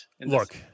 Look